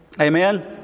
Amen